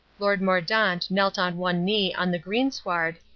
lord mordaunt knelt on one knee on the greensward,